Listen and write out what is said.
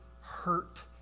hurt